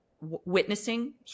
witnessing